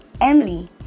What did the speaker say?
emily